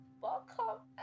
welcome